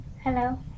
Hello